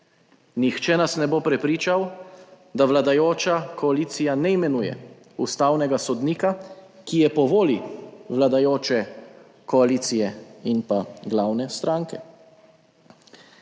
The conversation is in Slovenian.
Nihče nas ne bo prepričal, da vladajoča koalicija ne imenuje ustavnega sodnika, ki je po volji vladajoče koalicije in pa glavne stranke.